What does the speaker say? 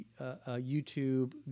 YouTube